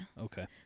Okay